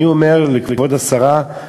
אני אומר לכבוד השרה,